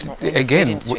again